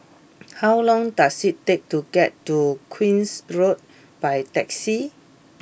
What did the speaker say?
how long does it take to get to Queen's Road by taxi